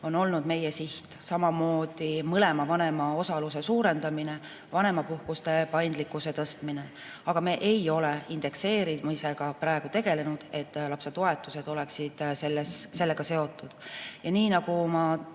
on olnud meie siht. Samamoodi mõlema vanema osaluse suurendamine, vanemapuhkuste paindlikkuse tõstmine. Aga me ei ole praegu tegelenud indekseerimisega, et lapsetoetused oleksid sellega seotud. Ja nagu ma